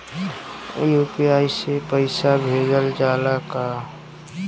UPI से पईसा भेजल जाला का?